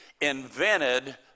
invented